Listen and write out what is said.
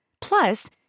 Plus